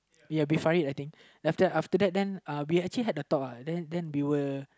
ya Bin-Farid I think then after after that then we actually had a talk uh then then we were